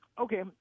Okay